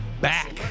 Back